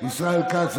ישראל כץ,